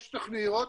יש תוכניות,